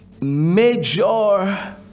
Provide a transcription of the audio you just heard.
major